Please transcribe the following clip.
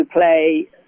play